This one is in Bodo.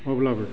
अब्लाबो